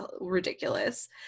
ridiculous